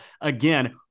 again